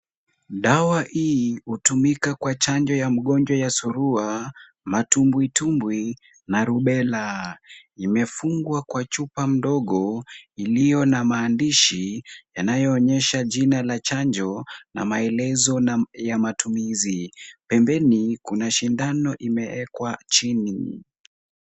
Dawa hii hutumika kwa chanjo ya mgonjwa ya surua, matumbwitumbwi na rubela. Imefungwa kwa chupa mdogo iliyo na maandishi, yanayoonyesha jina la chanjo na maelezo ya matumizi. Pembeni kuna sindano imeekwa chini.